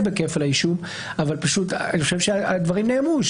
בכפל האישום אבל אני חושב שהדברים נאמרו,